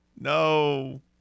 no